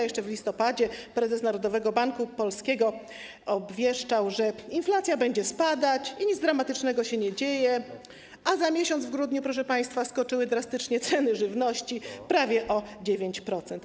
Jeszcze w listopadzie prezes Narodowego Banku Polskiego obwieszczał, że inflacja będzie spadać i nic dramatycznego się nie dzieje, a za miesiąc, w grudniu, proszę państwa, skoczyły drastycznie ceny żywności, prawie o 9%.